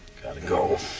gotta go.